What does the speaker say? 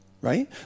right